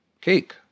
cake